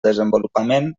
desenvolupament